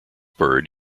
bird